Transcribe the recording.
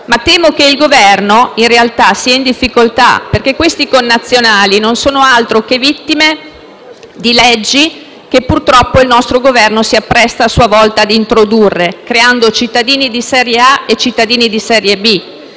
però che il Governo sia in realtà in difficoltà perché questi connazionali non sono altro che vittime di leggi che, purtroppo, il nostro Governo si appresta a sua volta ad introdurre, creando cittadini di serie A e cittadini di serie B.